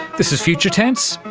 this is future tense,